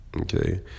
okay